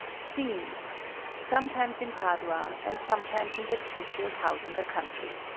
scene sometimes in padua, and sometimes in petruchio's house in the country.